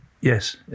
Yes